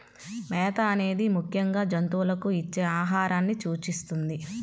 మేత అనేది ముఖ్యంగా జంతువులకు ఇచ్చే ఆహారాన్ని సూచిస్తుంది